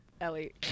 Ellie